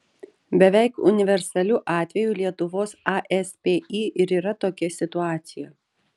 beveik universaliu atveju lietuvos aspį ir yra tokia situacija